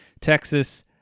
Texas